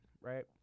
right